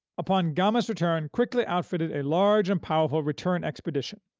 upon gama's return quickly outfitted a large and powerful return expedition.